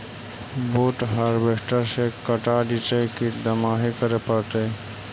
बुट हारबेसटर से कटा जितै कि दमाहि करे पडतै?